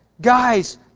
Guys